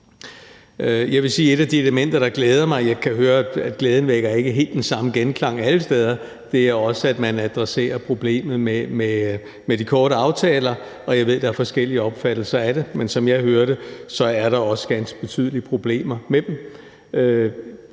Jeg vil sige, at et af de elementer, der glæder mig – jeg kan høre, at glæden ikke vækker helt den samme genklang alle steder – er, at man adresserer problemet med de korte aftaler. Jeg ved, der er forskellige opfattelser af det, men som jeg hører det, er der også ganske betydelige problemer med dem.